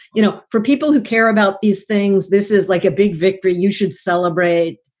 you know, for people who care about these things, this is like a big victory you should celebrate.